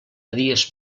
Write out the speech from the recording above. dies